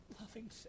loving